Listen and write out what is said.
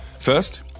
First